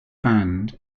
band